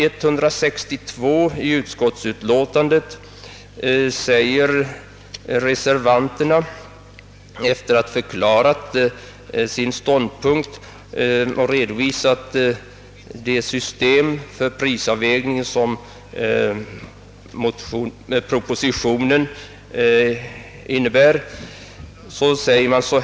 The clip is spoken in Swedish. Efter att ha förklarat sin ståndpunkt och redovisat det system för prisavvägningen som propositionen föreslår säger reservanterna på sid.